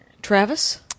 Travis